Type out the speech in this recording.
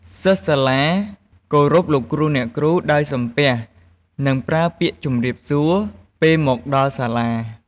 សិស្សសាលាគោរពលោកគ្រូអ្នកគ្រូដោយសំពះ និងប្រើពាក្យជំរាបសួរ ពេលមកដល់សាលា។